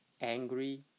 angry